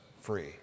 free